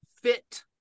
fit